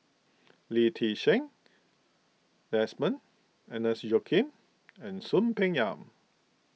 Lee Ti Seng Desmond Agnes Joaquim and Soon Peng Yam